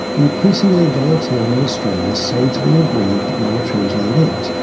increasingly egalitarian australia sagely agreed that monotremes laid eggs,